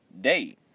day